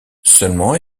seulement